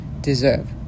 deserve